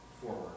forward